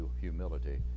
humility